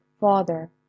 father